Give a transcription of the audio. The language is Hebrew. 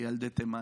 לילדי תימן,